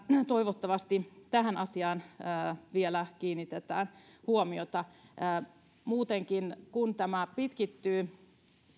toivottavasti tähän asiaan vielä kiinnitetään huomiota muutenkin kun tämä pitkittyy